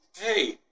Hey